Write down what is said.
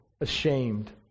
ashamed